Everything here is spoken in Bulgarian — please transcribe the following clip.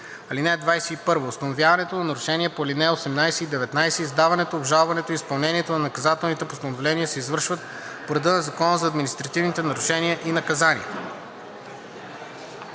(21) Установяването на нарушенията по ал. 18 и 19, издаването, обжалването и изпълнението на наказателните постановления се извършват по реда на Закона за административните нарушения и наказания.“